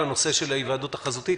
לנושא של ההיוועדות החזותית.